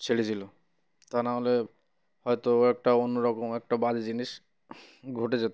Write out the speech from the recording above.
ছেড়েছিল তা নাহলে হয়তো একটা অন্যরকম একটা বাজে জিনিস ঘটে যেত